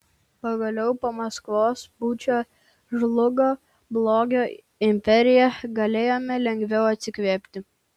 pagaliau po maskvos pučo žlugo blogio imperija galėjome lengviau atsikvėpti